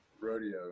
rodeo